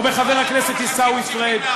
או בחבר הכנסת עיסאווי פריג'?